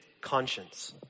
conscience